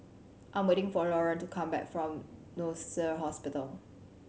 I am waiting for Lauryn to come back from Hospital